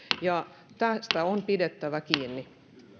ja tästä on pidettävä kiinni